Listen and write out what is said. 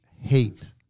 hate